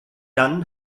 dann